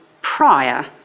prior